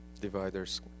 dividers